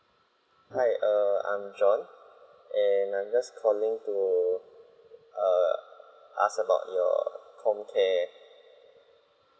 hi err I'm john and I'm just calling to err ask about your home care